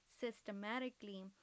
systematically